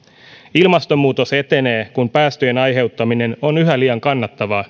ilmastonmuutos etenee kun päästöjen aiheuttaminen on yhä liian kannattavaa